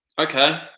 Okay